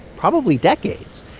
probably, decades.